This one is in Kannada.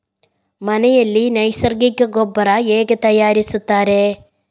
ಮನೆಯಲ್ಲಿ ನೈಸರ್ಗಿಕ ಗೊಬ್ಬರ ಹೇಗೆ ತಯಾರಿಸುತ್ತಾರೆ?